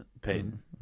Peyton